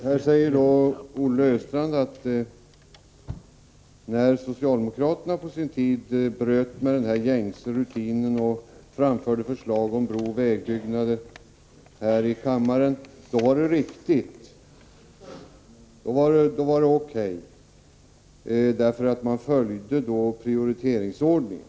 Herr talman! Olle Östrand säger att när socialdemokratin på sin tid här i kammaren bröt med den gängse rutinen och framförde förslag om brooch vägbyggande så var det riktigt och O.K., eftersom de då följde prioriteringsordningen.